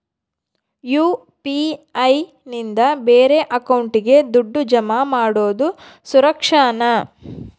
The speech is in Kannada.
ಯು.ಪಿ.ಐ ನಿಂದ ಬೇರೆ ಅಕೌಂಟಿಗೆ ದುಡ್ಡು ಜಮಾ ಮಾಡೋದು ಸುರಕ್ಷಾನಾ?